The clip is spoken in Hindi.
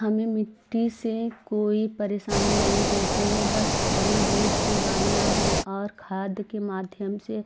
हमें मिट्टी से कोई परेशानी नहीं रहती है बस हमें बीज उगाना हैं और खाद के माध्यम से